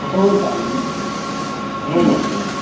हो चालेल नक्की हो नक्की नक्की